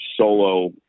solo